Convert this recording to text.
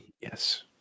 Yes